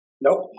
nope